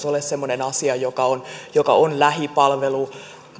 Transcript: ole semmoinen asia joka on lähipalvelu